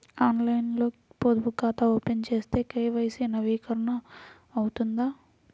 ఆన్లైన్లో పొదుపు ఖాతా ఓపెన్ చేస్తే కే.వై.సి నవీకరణ అవుతుందా?